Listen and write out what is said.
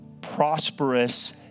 prosperous